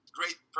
great